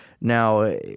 Now